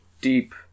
deep